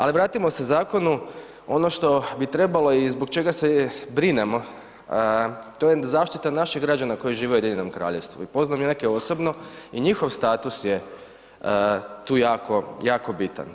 Ali vratimo se zakonu, ono što bi trebalo i zbog čega se brinemo, to je zaštita naših građana koji žive u Ujedinjenom Kraljevstvu i poznam neke osobno i njihov status je tu jako, jako bitan.